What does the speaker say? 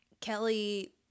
Kelly